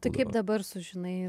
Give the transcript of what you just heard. tai kaip dabar sužinai